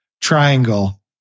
triangle